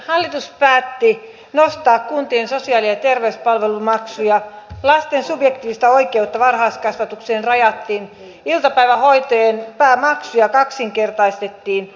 hallitus päätti nostaa kuntien sosiaali ja terveyspalvelumaksuja lasten subjektiivista oikeutta varhaiskasvatukseen rajattiin iltapäivähoitojen päämaksuja kaksinkertaistettiin